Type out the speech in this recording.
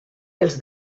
els